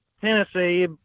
Tennessee